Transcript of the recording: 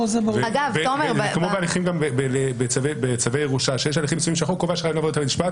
כמו בצווי ירושה בהם החוק קובע שבית המשפט